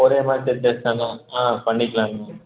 ஒரே மாதிரி set dress தானே ஆ பண்ணிக்கலாம்ண்ணா